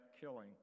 killing